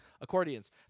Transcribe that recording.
Accordions